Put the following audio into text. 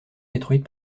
détruite